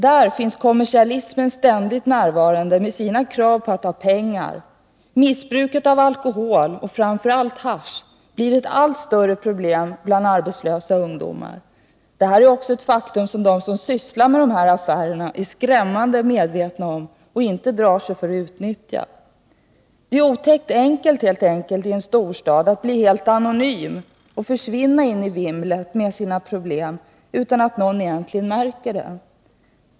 Där finns kommersialismen ständigt närvarande med sina krav på att ha pengar. Missbruket av alkohol och framför allt hasch blir ett allt större problem bland arbetslösa ungdomar. Det här är också ett faktum som de som sysslar med sådana affärer är skrämmande medvetna om och inte drar sig för att utnyttja. Det är otäckt enkelt att i en storstad bli helt anonym och försvinna in i vimlet med sina problem utan att någon egentligen märker det.